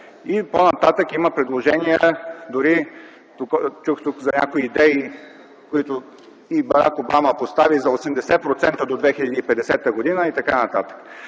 и по-нататък има предложения, дори тук чух за някои идеи, които и Барак Обама постави – за 80% до 2050 г. и т.н.